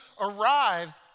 arrived